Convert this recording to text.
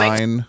Nine